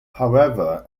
however